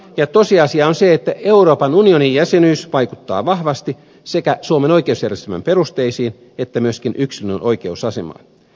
ja tosiasia on se että euroopan unionin jäsenyys vaikuttaa vahvasti sekä suomen oikeusjärjestelmän perusteisiin että myöskin yksilön oikeusasemaan